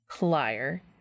Liar